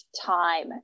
time